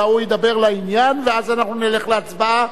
אלא הוא ידבר לעניין ואז אנחנו נלך להצבעה,